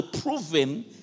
proven